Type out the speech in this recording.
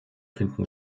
finden